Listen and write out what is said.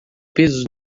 pesos